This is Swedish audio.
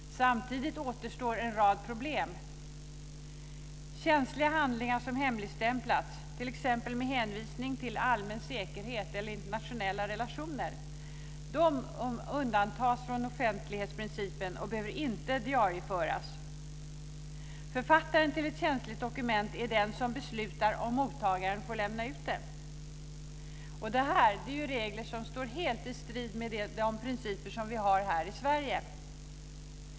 Samtidigt återstår en rad problem. Känsliga handlingar som hemligstämplats, t.ex. med hänvisning till allmän säkerhet eller internationella relationer, undantas från offentlighetsprincipen och behöver inte diarieföras. Författaren till ett känsligt dokument är den som beslutar om mottagaren får lämna ut det. Detta är regler som står helt i strid med de principer som vi har i Sverige.